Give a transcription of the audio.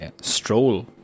stroll